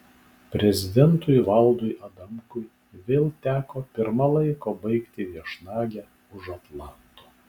prezidentui valdui adamkui vėl teko pirma laiko baigti viešnagę už atlanto